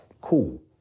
Cool